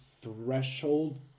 threshold